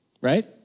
Right